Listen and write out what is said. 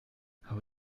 how